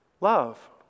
Love